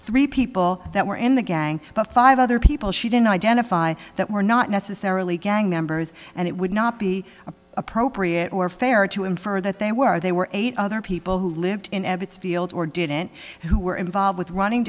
three people that were in the gang but five other people she didn't identify that were not necessarily gang members and it would not be appropriate or fair to infer that they were they were eight other people who lived in edits fields or didn't who were involved with running